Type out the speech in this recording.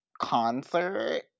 concert